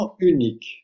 unique